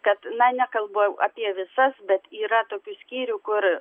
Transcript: kad na nekalbu apie visas bet yra tokių skyrių kur